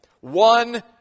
one